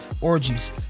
orgies